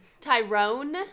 Tyrone